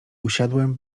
usiadłem